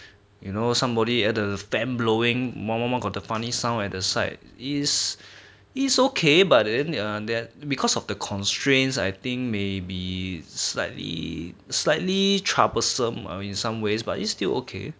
you know somebody at the fan blowing got the funny sound at the site is is okay but then ah because of the constraints I think may be slightly slightly troublesome or in some ways but it's still okay